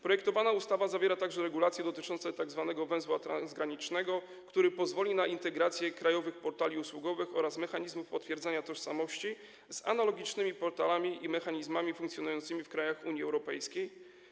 Projektowana ustawa zawiera także regulacje dotyczące tzw. węzła transgranicznego, który pozwoli na integrację krajowych portali usługowych oraz mechanizmów potwierdzenia tożsamości z analogicznymi portalami i mechanizmami funkcjonującymi w krajach Unii Europejskiej.